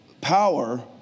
power